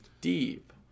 deep